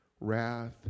wrath